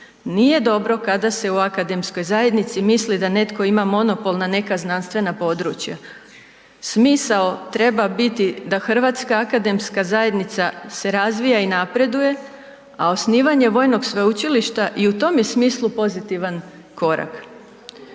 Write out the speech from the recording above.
Nije dobro kada se u akademskoj zajednici misli da netko ima monopol na neka znanstvena područja. Smisao treba biti da hrvatska akademska zajednica se razvija i napreduje, a osnivanje vojnog sveučilišta i u tom je smislu pozitivan korak.